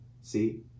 See